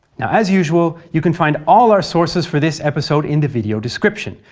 as usual, you can find all our sources for this episode in the video description,